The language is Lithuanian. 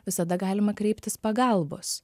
visada galima kreiptis pagalbos